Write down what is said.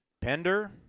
Pender